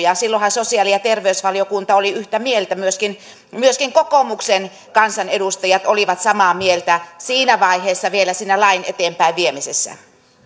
silloinhan sosiaali ja terveysvaliokunta oli yhtä mieltä myöskin myöskin kokoomuksen kansanedustajat olivat samaa mieltä siinä vaiheessa vielä siinä lain eteenpäinviemisessä